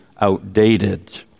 outdated